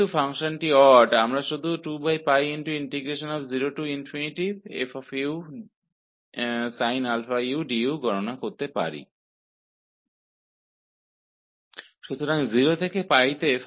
चूँकि function odd है इसलिए हम केवल 2 0 f sin u du का मान ज्ञात कर सकते हैं